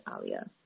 Alia